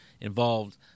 involved